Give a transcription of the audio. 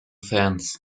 fans